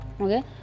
okay